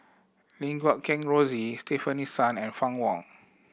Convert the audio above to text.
Lim Guat Kheng Rosie Stefanie Sun and Fann Wong